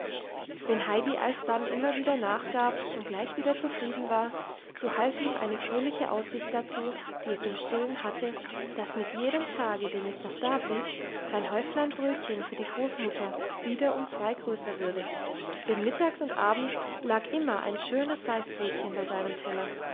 wenn heidi alsdann immer wieder nachgab und gleich wieder zufrieden war so half ihm eine fröhliche aussicht dazu die es im stillen hatte dass mit jedem tage den es noch dablieb sein häuflein brötchen für die großmutter wieder um zwei größer würde denn mittags und abends lag immer ein schönes weißbrötchen bei seinem teller